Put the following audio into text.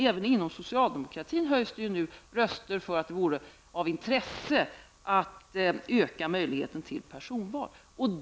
Även inom socialdemokration höjs det nu röster för att det vore av intresse att öka möjligheterna till personval.